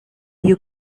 you